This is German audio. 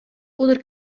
oder